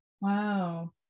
Wow